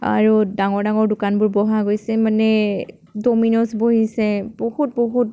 আৰু ডাঙৰ ডাঙৰ দোকানবোৰ বঢ়া গৈছে মানে ডমিনজ বহিছে বহুত বহুত